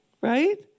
right